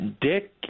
Dick